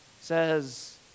says